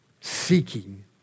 seeking